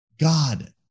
God